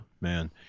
man